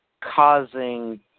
causing